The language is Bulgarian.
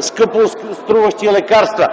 скъпоструващи лекарства?